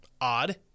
Odd